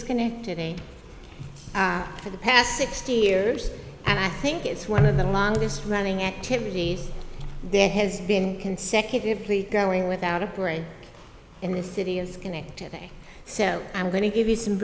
schenectady for the past sixty years and i think it's one of the longest running activities there has been consecutively going without a parade in the city is getting to me so i'm going to give you some